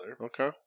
okay